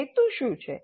હેતુ શું છે